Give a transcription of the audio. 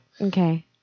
Okay